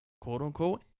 quote-unquote